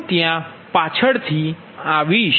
હું ત્યાં આવીશ